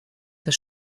das